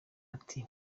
ati